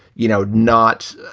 you know, not,